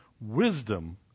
Wisdom